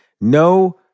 No